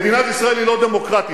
מדינת ישראל היא לא דמוקרטית.